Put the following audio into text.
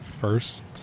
first